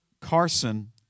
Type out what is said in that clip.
Carson